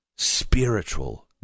Spiritual